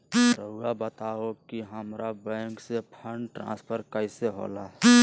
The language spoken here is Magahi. राउआ बताओ कि हामारा बैंक से फंड ट्रांसफर कैसे होला?